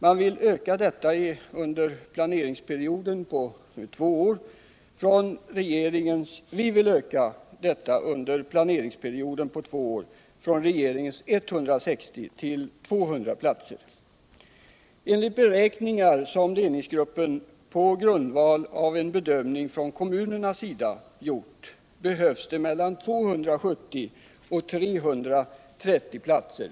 Vi vill öka antalet platser under planeringsperioden på två år från regeringens 160 till 200. Enligt beräkningar som ledningsgruppen på grundval av en bedömning från kommunernas sida gjort behövs det mellan 270 och 330 platser.